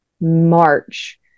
March